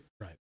Right